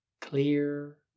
Clear